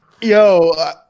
yo